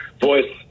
voice